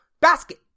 Basket